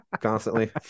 constantly